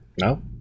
No